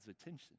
attention